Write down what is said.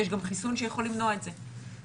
יש גם חיסון שיכול למנוע את זה.